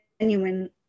genuine